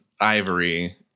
ivory